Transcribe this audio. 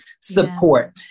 support